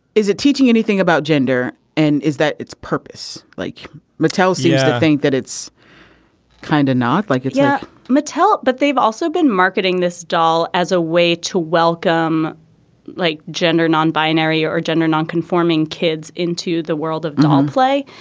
is it teaching anything about gender and is that its purpose. like mattel seems to think that it's kind of not like it yeah mattel but they've also been marketing this doll as a way to welcome like gender non binary or gender nonconforming kids into the world of non play.